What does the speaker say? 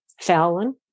Fallon